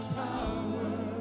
power